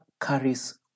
carries